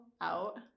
out